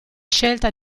scelta